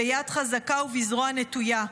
ביד חזקה ובזרוע נטויה,